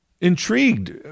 intrigued